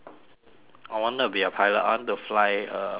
I wanted to be a pilot I want to fly a fighter plane